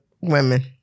women